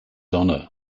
honour